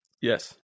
Yes